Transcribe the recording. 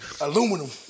aluminum